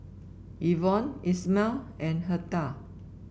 Evon Ismael and Hertha